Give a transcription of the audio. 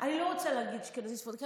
אני לא רוצה להגיד "אשכנזים ספרדים",